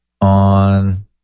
on